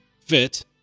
fit